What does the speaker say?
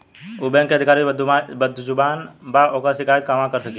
उ बैंक के अधिकारी बद्जुबान बा ओकर शिकायत कहवाँ कर सकी ले